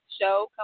show